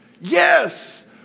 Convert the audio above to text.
Yes